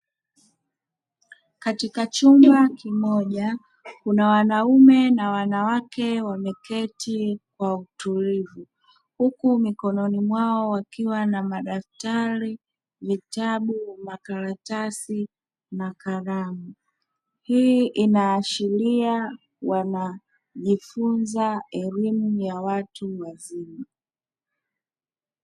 Katika chumba kimoja kuna wanaume na wanawake wameketi kwa utulivu, huku mikononi mwao wakiwa na madaftari, vitabu, makaratasi na kalamu. Hii inaashiria wanajifunza elimu ya watu wazima.